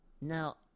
Now